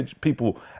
people